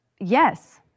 Yes